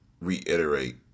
reiterate